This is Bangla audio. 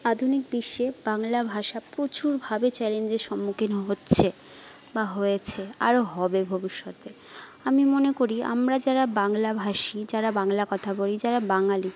আধুনিক বিশ্বে বাংলা ভাষা প্রচুরভাবে চ্যালেঞ্জের সম্মুখীনও হচ্ছে বা হয়েছে আরও হবে ভবিষ্যতে আমি মনে করি আমরা যারা বাংলাভাষী যারা বাংলা কথা বলি যারা বাঙালি